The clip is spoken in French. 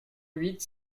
huit